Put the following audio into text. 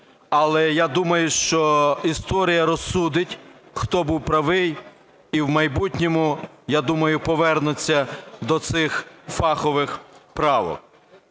Але я думаю, що історія розсудить, хто був правий, і в майбутньому, я думаю, повернуться до цих фахових правок.